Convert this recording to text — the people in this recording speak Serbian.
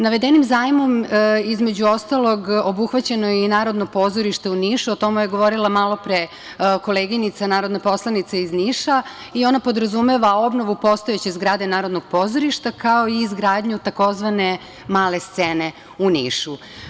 Navedenim zajmom, između ostalog, obuhvaćeno je i Narodno pozorište u Nišu, o tome je govorila malopre koleginica narodna poslanica iz Niša, i ona podrazumeva obnovu postojeće zgrade Narodnog pozorišta, kao i izgradnju tzv. male scene u Nišu.